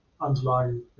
underlying